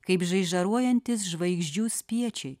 kaip žaižaruojantys žvaigždžių spiečiai